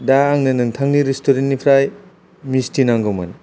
दा आंनो नोंथांनि रेस्ट'रेन्टनिफ्राय मिसटि नांगौमोन